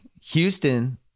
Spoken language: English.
Houston